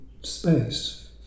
space